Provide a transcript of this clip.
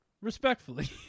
respectfully